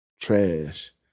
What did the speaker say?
trash